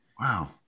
Wow